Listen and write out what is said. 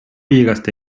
llegaste